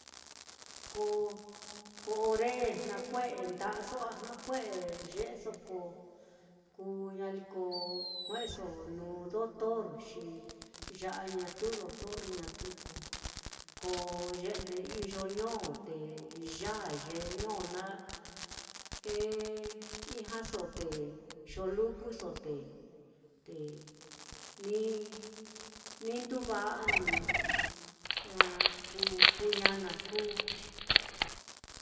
Ko ko ore jnakue'e nda'aso a jnakue'e ye'eso kuu kuu ñaliko jue'eso nuu doctor, xi ya'a ñatu doctor, ñatu ko ko ye'ndeso ño, te yāā ye ño naá eh ijñaso te xolukuso te, te ni ni nduva'a ní kú ñana na kuu.